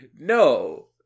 No